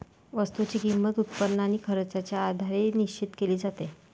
वस्तूची किंमत, उत्पन्न आणि खर्चाच्या आधारे निश्चित केली जाते